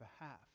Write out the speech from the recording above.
behalf